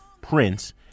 Prince